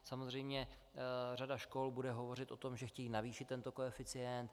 Samozřejmě řada škol bude hovořit o tom, že chtějí navýšit tento koeficient.